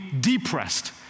depressed